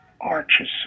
arches